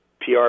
PR